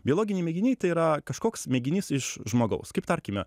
biologiniai mėginiai tai yra kažkoks mėginys iš žmogaus kaip tarkime